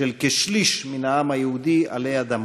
של כשליש מהעם היהודי עלי אדמות,